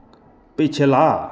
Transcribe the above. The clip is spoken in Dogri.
पिछला